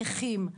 נכים,